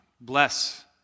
bless